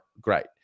Great